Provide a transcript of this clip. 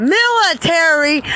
military